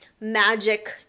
magic